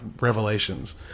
revelations